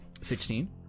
Sixteen